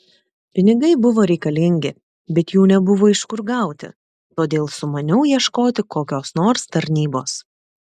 pinigai buvo reikalingi bet jų nebuvo iš kur gauti todėl sumaniau ieškoti kokios nors tarnybos